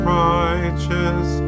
righteous